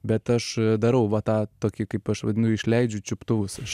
bet aš darau va tą tokį kaip aš vadinu išleidžiu čiuptuvus aš